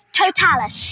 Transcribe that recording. totalis